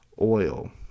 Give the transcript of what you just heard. oil